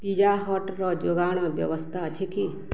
pizza ହଟ୍ର ଯୋଗାଣ ବ୍ୟବସ୍ଥା ଅଛି କି